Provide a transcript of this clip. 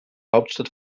hauptstadt